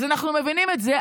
אז אנחנו מבינים את זה,